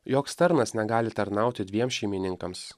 joks tarnas negali tarnauti dviem šeimininkams